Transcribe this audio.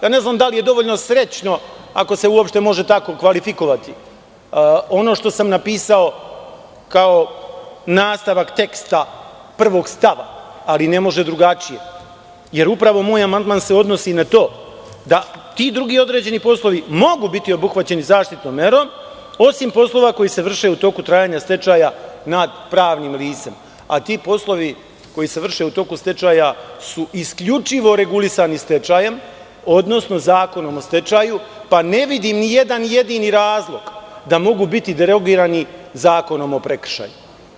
Ne znam da li je dovoljno srećno, ako se uopšte može tako kvalifikovati, ono što sam napisao kao nastavak teksta prvog stava, ali ne može drugačije, jer upravo moj amandman se odnosi na to da ti drugi određeni poslovi mogu biti obuhvaćeni zaštitnom merom, osim poslova koji se vrše u toku trajanja stečaja nad pravnim licem, a ti poslovi koji se vrše u toku stečaja su isključivo regulisani stečajem, odnosno zakonom o stečaju, pa ne vidim ni jedan jedini razlog da mogu biti derogirani Zakonom o prekršaju.